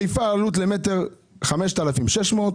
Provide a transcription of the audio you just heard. בחיפה העלות למ"ר היא 5,600 שקל,